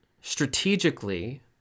strategically